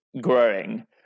growing